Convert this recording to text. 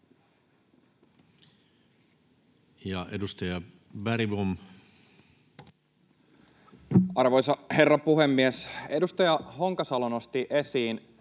Time: 15:39 Content: Arvoisa herra puhemies! Edustaja Honkasalo nosti esiin